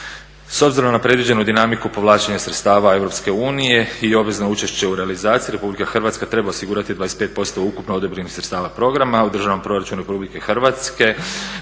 S obzirom na predviđenu dinamiku povlačenja sredstava Europske unije i obvezno učešće u realizaciji Republika Hrvatska treba osigurati 25% ukupno odobrenih sredstava programa u Državnom proračunu Republike Hrvatske